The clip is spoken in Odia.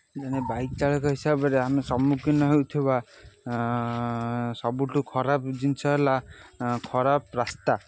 ଜଣେ ବାଇକ୍ ଚାଳକ ହିସାବରେ ଆମେ ସମ୍ମୁଖୀନ ହେଉଥିବା ସବୁଠୁ ଖରାପ ଜିନିଷ ହେଲା ଖରାପ ରାସ୍ତା